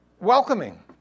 Welcoming